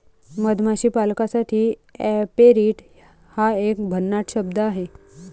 मधमाशी पालकासाठी ऍपेरिट हा एक भन्नाट शब्द आहे